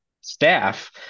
staff